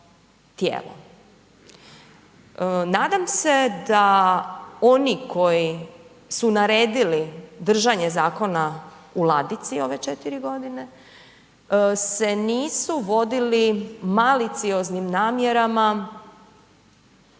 Nadam se da oni koji su naredili držanje zakona u ladici ove 4 godine se nisu vodili malicioznim namjerama